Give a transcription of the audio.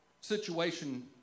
situation